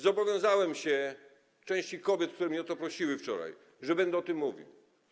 Zobowiązałem się wobec części kobiet, które mnie o to prosiły wczoraj, że będę o tym mówił.